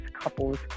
couples